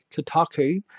kotaku